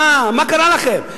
מה קרה לכם?